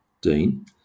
Dean